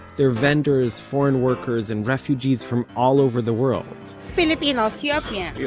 there are vendors, foreign workers and refugees from all over the world filipino, ethiopian, yeah